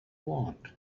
want